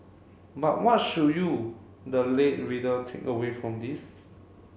but what should you the lay reader take away from this